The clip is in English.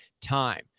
time